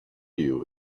you